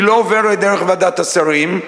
היא לא עוברת דרך ועדת השרים,